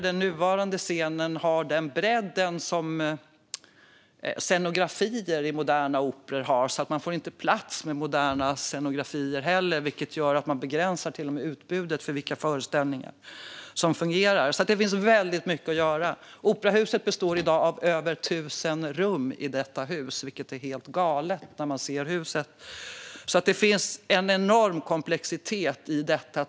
Den nuvarande scenen har inte den bredd som scenografier i moderna operor har, så man får inte plats med moderna scenografier. Det gör att man till och med begränsar utbudet av föreställningar som fungerar. Det finns alltså väldigt mycket att göra. Operahuset består i dag av över 1 000 rum. Det tycker man är helt galet när man ser huset. Det finns alltså en enorm komplexitet i detta.